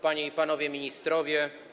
Panie i Panowie Ministrowie!